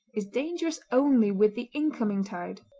is dangerous only with the incoming tide.